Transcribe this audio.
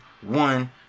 One